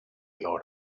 lot